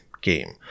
game